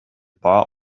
bar